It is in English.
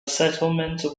settlement